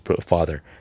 father